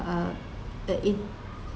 uh uh it